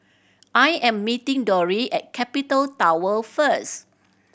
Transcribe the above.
I am meeting Dori at Capital Tower first